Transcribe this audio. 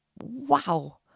wow